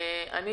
אני